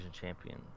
champion